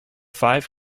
five